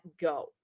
go